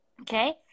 okay